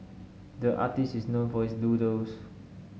the artist is known for his doodles